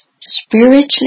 spiritually